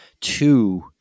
Two